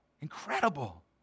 Incredible